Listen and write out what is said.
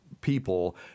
people